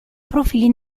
profili